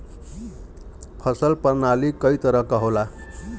फसल परनाली कई तरह क होला